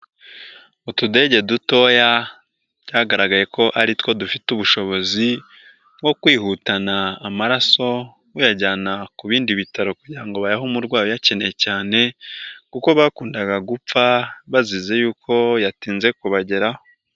Utudege dutoya twagaragaye ko ari two dufite ubushobozi bwo kwihutana amaraso buyajyana ku bindi bitaro kugira ngo bayahe umurwayi uyakeneye cyane kuko bakundaga gupfa bazize y'uko yatinze kubageraho.